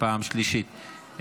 פעם שלישית.